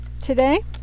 today